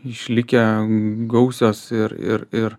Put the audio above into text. išlikę gausios ir ir ir